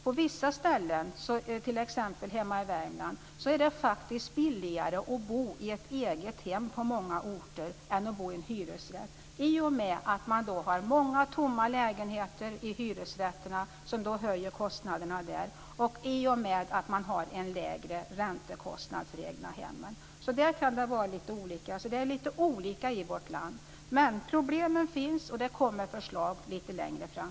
På vissa ställen, t.ex. hemma i Värmland, är det faktiskt billigare att bo i ett eget hem på många orter än att bo i en hyresrätt, i och med att man har många tomma lägenheter i hyresrätterna och kostnaderna höjs där och i och med att man har en lägre räntekostnad för egna hem. I fråga om detta kan det alltså vara på lite olika sätt i vårt land. Men problemen finns, och det kommer förslag lite längre fram.